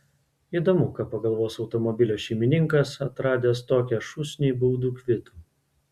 įdomu ką pagalvos automobilio šeimininkas atradęs tokią šūsnį baudų kvitų